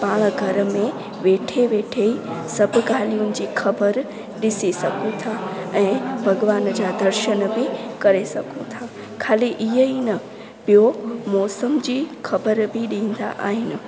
पाण घर में वेठे वेठे ई सभ ॻाल्हियुनि जी ख़बर ॾिसी सघूं था ऐं भॻिवान जा दर्शन बि करे सघूं था खाली ईअं ई न ॿियों मौसम जी ख़बर बि ॾींदा आहिनि